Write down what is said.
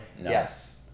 Yes